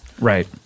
Right